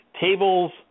Tables